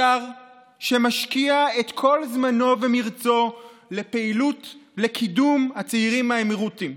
שר שמשקיע את כל זמנו ומרצו לפעילות לקידום הצעירים האמירתים.